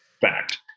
fact